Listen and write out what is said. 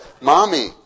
Mommy